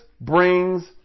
brings